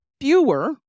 fewer